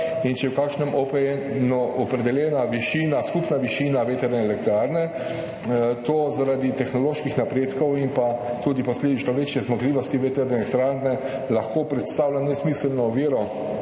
in če je v kakšnem OPN opredeljena višina, skupna višina vetrne elektrarne, to zaradi tehnoloških napredkov in pa posledično tudi večje zmogljivosti vetrne elektrarne lahko predstavlja nesmiselno oviro,